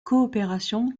coopérations